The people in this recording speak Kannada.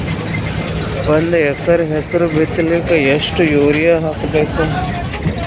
ಒಂದ್ ಎಕರ ಹೆಸರು ಬಿತ್ತಲಿಕ ಎಷ್ಟು ಯೂರಿಯ ಹಾಕಬೇಕು?